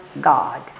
God